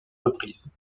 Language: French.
reprises